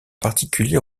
particulier